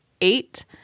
Eight